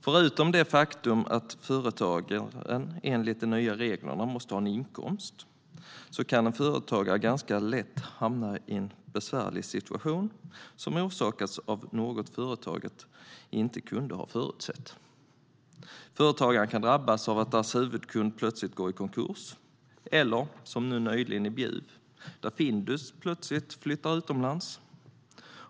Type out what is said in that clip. Förutom det faktum att företaget enligt de nya reglerna måste ha en inkomst kan ett företag lätt hamna i en besvärlig situation som orsakas av något som företaget inte kunde ha förutsett. Företaget kan drabbas av att huvudkunden plötsligt går i konkurs, eller så blir det som i Bjuv, där Findus plötsligt flyttar utomlands.